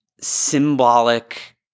symbolic